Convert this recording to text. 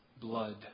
blood